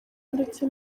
ndetse